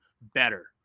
better